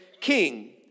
king